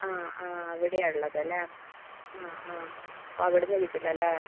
ആ ആ അവിടെയാണ് ഉളളത് അല്ലേ ആ ആ അപ്പോൾ അവിടെ നിന്ന് കിട്ടില്ല അല്ലേ